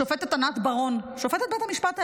השופט ענת ברון, שופטת בית המשפט העליון,